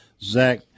Zach